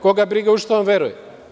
Koga briga u šta on veruje?